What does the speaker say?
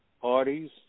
parties